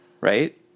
right